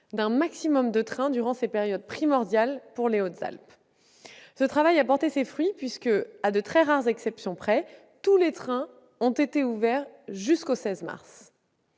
d'un maximum de trains durant ces périodes primordiales pour les Hautes-Alpes. Ce travail a porté ses fruits, puisque, à de très rares exceptions, tous les trains ont été ouverts jusqu'au 16 mars.